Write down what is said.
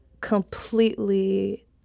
completely